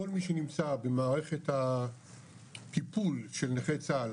כל מי שנמצא במערכת הטיפול של נכי צה"ל,